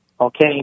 okay